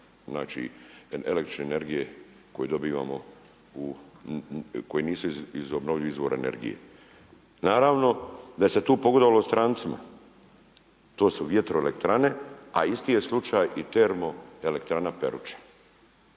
od električne energije koji dobivamo, koji nisu iz obnovljivih izvora energije. Naravno da se tu pogodovalo strancima, to su vjetroelektrane a isti je slučaj i termoelektrana Peruča.